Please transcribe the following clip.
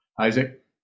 Isaac